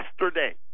yesterday